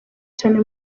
cyane